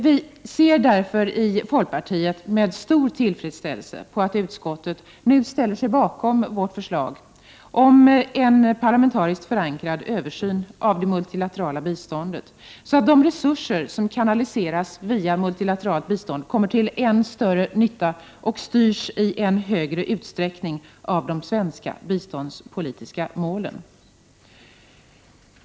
Vi i folkpartiet ser därför med stor tillfredsställelse att utskottet nu ställer sig bakom vårt förslag om en parlamentariskt förankrad översyn av det multilaterala biståndet. De resurser som kanaliseras via multilateralt bistånd kommer således till ännu större nytta och styrs i ännu större utsträckning av de svenska biståndspolitiska målen.